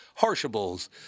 Harshables